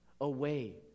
away